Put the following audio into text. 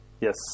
Yes